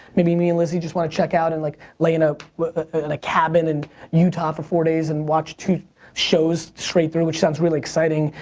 maybe me and lizzie just wanna check out and like lay in ah in a cabin in utah for four days and watch two shows straight through, which sounds really exciting,